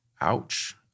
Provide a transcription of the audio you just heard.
Ouch